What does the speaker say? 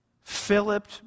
Philip